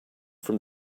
from